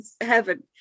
heaven